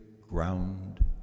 ground